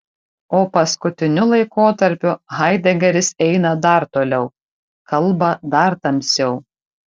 o paskutiniu laikotarpiu haidegeris eina dar toliau kalba dar tamsiau